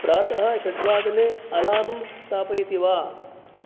प्रातः षड्वादने अलार्म् स्थापयति वा